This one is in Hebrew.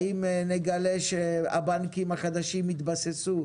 האם נגלה שהבנקים החדשים התבססו,